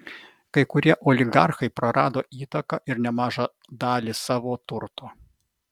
kai kurie oligarchai prarado įtaką ir nemažą dalį savo turto